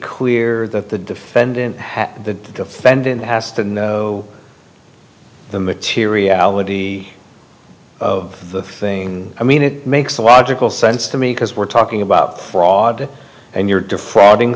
clear that the defendant has the defendant has to know the materiality of the thing i mean it makes a logical sense to me because we're talking about fraud and you're defrauding